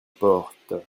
porte